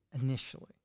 initially